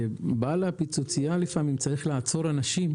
ובעל הפיצוצייה צריך לעצור אנשים